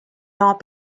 not